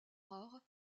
rare